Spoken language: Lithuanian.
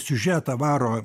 siužetą varo